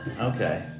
Okay